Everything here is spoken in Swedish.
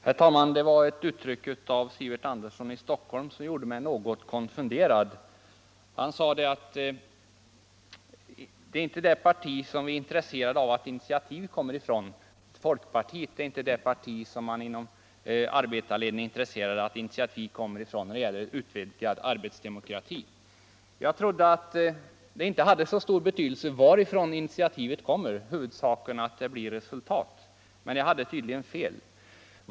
Herr talman! Det var ett uttryck av herr Sivert Andersson i Stockholm som gjorde mig något konfunderad. Han sade att man inom de fackliga organisationerna inte är intresserad av arbetsdemokratiska initiativ när de kommer från folkpartiet. Jag trodde att det inte hade så stor betydelse varifrån initiativet kommer, utan att huvudsaken är att det blir resultat. Men jag hade tydligen fel, enligt Sivert Anderssons sätt att se.